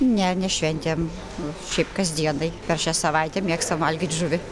ne ne šventėm šiaip kasdienai per šią savaitę mėgstam valgyt žuvį